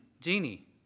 Genie